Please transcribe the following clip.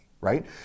right